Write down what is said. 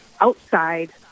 outside